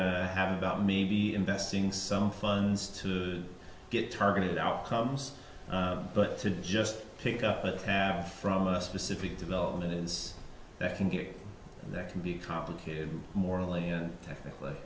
to have about maybe investing some funds to get targeted outcomes but to just pick up a half from a specific development is that can get that can be complicated morally and ethically